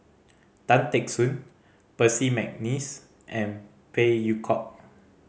Tan Teck Soon Percy McNeice and Phey Yew Kok